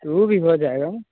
तो वो भी हो जाएगा